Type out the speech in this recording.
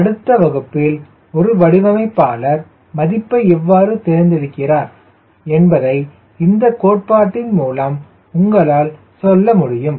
அடுத்த வகுப்பில் ஒரு வடிவமைப்பாளர் மதிப்பை எவ்வாறு தேர்ந்தெடுக்கிறார் என்பதை இந்தக் கோட்பாட்டின் மூலம் உங்களால் சொல்ல முடியும்